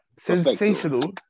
sensational